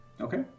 Okay